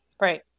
Right